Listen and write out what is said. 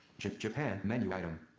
japan menu item.